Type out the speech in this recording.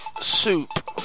soup